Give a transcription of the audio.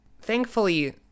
Thankfully